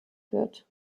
wird